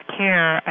care